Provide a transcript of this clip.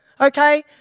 okay